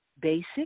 basic